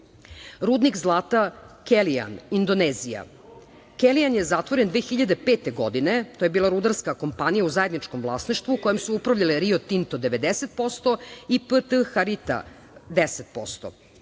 dolara. Rudnik zlata „Kelijan“ Indonezija. „Kelijan“ je zatvoren 2005. godine. To je bila rudarska kompanija u zajedničkom vlasništvu kojom su upravljale Rio Tinto 90% i PT „Harita“ 10%,